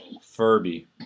Furby